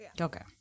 Okay